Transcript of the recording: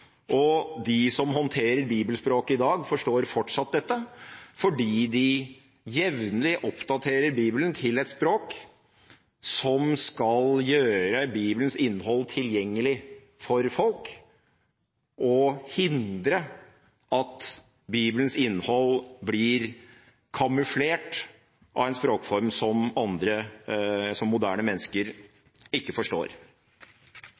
De som håndterer bibelspråket i dag, forstår fortsatt dette, fordi de jevnlig oppdaterer Bibelen til et språk som skal gjøre Bibelens innhold tilgjengelig for folk og hindre at Bibelens innhold blir kamuflert av en språkform som